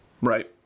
Right